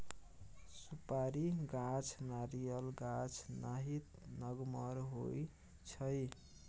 सुपारी गाछ नारियल गाछ नाहित नमगर होइ छइ